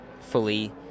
fully